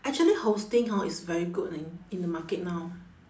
actually hosting hor is very good leh in the market now